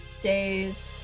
days